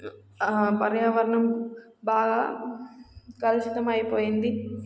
పర్యావరణం బాగా కలుషితంమయిపోయింది